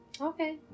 Okay